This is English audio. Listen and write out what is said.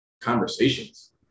conversations